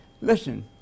listen